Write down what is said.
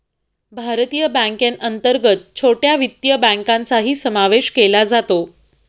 भारतीय बँकेअंतर्गत छोट्या वित्तीय बँकांचाही समावेश केला जातो